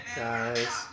guys